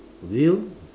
will